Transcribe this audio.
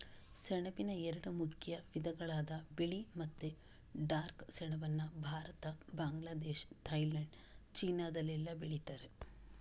ಸೆಣಬಿನ ಎರಡು ಮುಖ್ಯ ವಿಧಗಳಾದ ಬಿಳಿ ಮತ್ತೆ ಡಾರ್ಕ್ ಸೆಣಬನ್ನ ಭಾರತ, ಬಾಂಗ್ಲಾದೇಶ, ಥೈಲ್ಯಾಂಡ್, ಚೀನಾದಲ್ಲೆಲ್ಲ ಬೆಳೀತಾರೆ